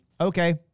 okay